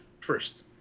first